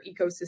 ecosystem